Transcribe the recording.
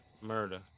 Murder